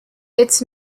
its